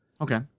Okay